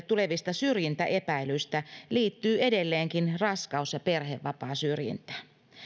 tulevista syrjintäepäilyistä liittyy edelleenkin raskaus ja perhevapaasyrjintään